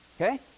okay